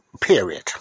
period